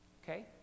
Okay